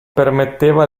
permetteva